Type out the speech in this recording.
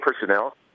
personnel